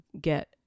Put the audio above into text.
get